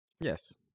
Yes